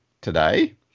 today